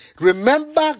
Remember